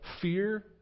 fear